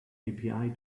api